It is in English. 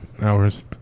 hours